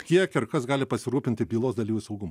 kiek ir kas gali pasirūpinti bylos dalyvių saugumu